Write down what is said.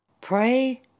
Pray